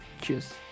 Cheers